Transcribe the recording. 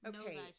okay